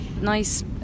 nice